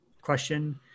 question